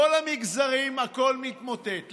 כל המגזרים, הכול מתמוטט.